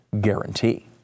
guarantee